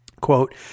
Quote